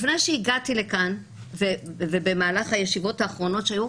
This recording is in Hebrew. לפני שהגעתי לכאן ובמהלך הישיבות האחרונות שהיו,